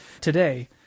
today